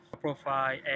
profile